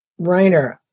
Reiner